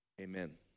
amen